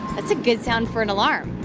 that's a good sound for an alarm.